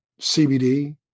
CBD